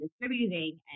distributing